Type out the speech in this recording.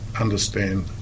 understand